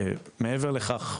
מעבר לכך,